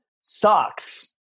Socks